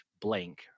blank